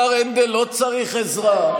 השר הנדל לא צריך עזרה,